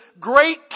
great